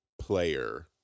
player